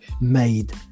made